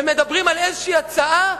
ומדברים על איזו הצעה,